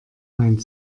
meint